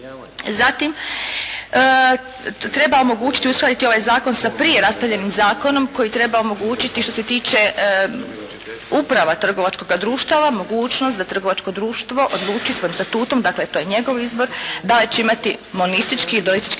Zatim, treba omogućiti, uskladiti ovaj zakon sa prije raspravljenim zakonom koji treba omogućiti što se tiče uprava trgovačkoga društava mogućnost da trgovačko društvo odluči svojim statutom, dakle to je njegov izbor da li će imati monistički ili idolistički